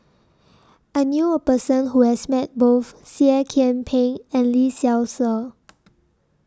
I knew A Person Who has Met Both Seah Kian Peng and Lee Seow Ser